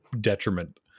detriment